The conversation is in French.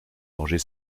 danger